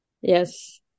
Yes